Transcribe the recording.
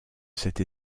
cette